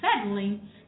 settling